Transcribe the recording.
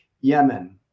Yemen